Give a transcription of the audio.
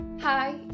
Hi